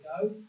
go